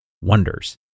wonders